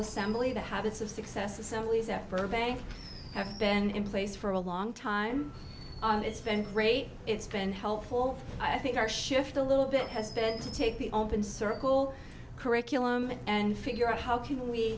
assembly the habits of success assemblies at burbank have been in place for a long time and it's been great it's been helpful i think our shift a little bit has been to take the open circle curriculum and figure out how can we